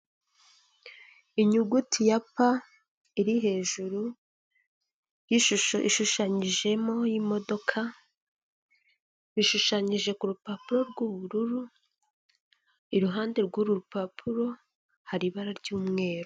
Inyuguti ya p iri hejuru yiishusho ishushanyijemo y'imodoka, ishushanyije ku rupapuro rw'ubururu iruhande rw'uru rupapuro hari ibara ry'umweru.